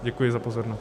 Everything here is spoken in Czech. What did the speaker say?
Děkuji za pozornost.